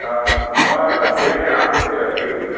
मम अध्ययने आसक्तिरस्ति